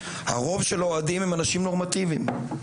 הרוב של האוהדים הם אנשים נורמטיבים.